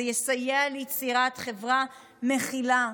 זה יסייע ליצירת חברה מכילה,